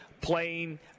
playing